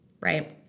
right